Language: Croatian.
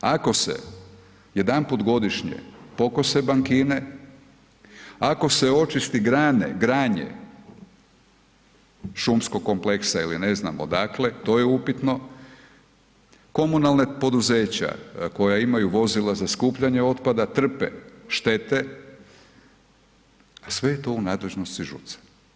Ako se jedanput godišnje pokose bankine, ako se očisti granje šumskog kompleksa ili ne znam odakle, to je upitno, komunalna poduzeća koja imaju vozila za skupljanje otpada, trpe štete, sve je to u nadležnosti ŽUC-a.